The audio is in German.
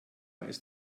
ist